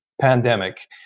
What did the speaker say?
pandemic